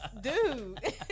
dude